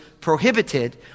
prohibited